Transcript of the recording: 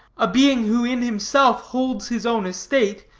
a being who in himself holds his own estate,